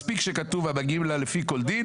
מספיק שכתוב "המגיעים לה לפי כל דין",